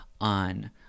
on